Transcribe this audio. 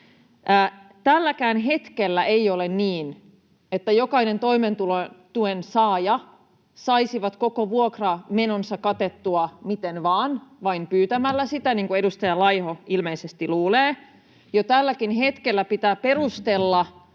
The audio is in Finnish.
Tälläkään hetkellä ei ole niin, että jokainen toimeentulotuen saaja saisi koko vuokramenonsa katettua miten vaan, vain pyytämällä sitä, niin kuin edustaja Laiho ilmeisesti luulee. Jo tälläkin hetkellä pitää perustella